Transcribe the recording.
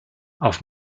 auf